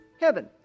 heaven